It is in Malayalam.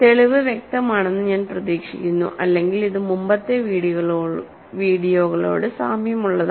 തെളിവ് വ്യക്തമാണെന്ന് ഞാൻ പ്രതീക്ഷിക്കുന്നു ഇല്ലെങ്കിൽ ഇത് മുമ്പത്തെ വീഡിയോകളോട് സാമ്യമുള്ളതാണ്